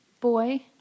Boy